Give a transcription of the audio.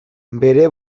bere